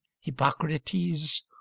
hippocrates